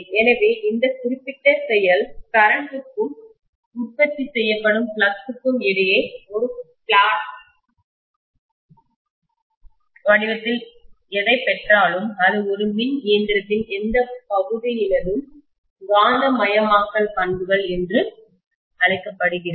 எனவே இந்த குறிப்பிட்ட செயல் கரண்ட் க்கும் உற்பத்தி செய்யப்படும் ஃப்ளக்ஸ் கும் இடையே ஒரு பிளாட் வடிவத்தில் எதைப் பெற்றாலும் அது ஒரு மின் இயந்திரத்தின் எந்தப் பகுதியினதும் காந்தமயமாக்கல் பண்புகள் என அழைக்கப்படுகிறது